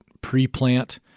pre-plant